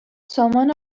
سامان